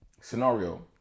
Scenario